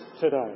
today